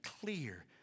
clear